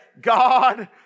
God